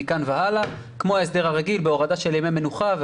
מכאן והלאה כמו ההסדר הרגיל בהורדה של ימי מנוחה.